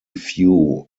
few